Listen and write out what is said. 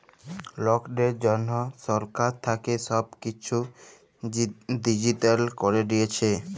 লকদের জনহ সরকার থাক্যে সব কিসু ডিজিটাল ক্যরে দিয়েসে